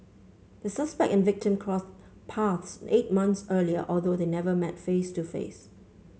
the suspect and victim crossed paths eight months earlier although they never met face to face